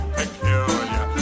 peculiar